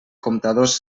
comptadors